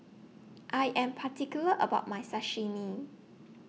I Am particular about My Sashimi